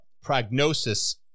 prognosis